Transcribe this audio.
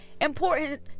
important